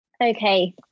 Okay